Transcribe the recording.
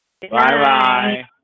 Bye-bye